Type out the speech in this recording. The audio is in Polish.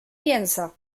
mięsa